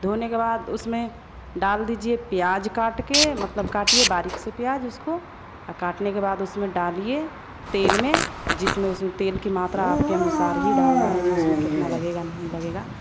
धोने के बाद उसमें डाल दीजिए प्याज काट के मतलब काटिए बारीक से प्याज उसको और काटने के बाद उसमें डालिए तेल में जिसमें उसमें तेल की मात्रा आपके अनुसार ही डालना है जो उसमें कितना लगेगा नहीं लगेगा